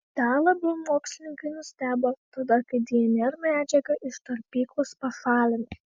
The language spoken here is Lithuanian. dar labiau mokslininkai nustebo tada kai dnr medžiagą iš talpyklos pašalino